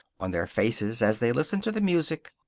on their faces, as they listen to the music,